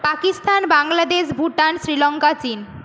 পাকিস্তান বাংলাদেশ ভুটান শ্রীলঙ্কা চীন